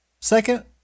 second